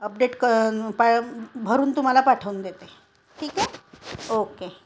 update क पा भरून तुम्हाला पाठवून देते ठीक आहे ओके